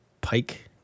Pike